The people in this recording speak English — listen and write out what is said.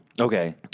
Okay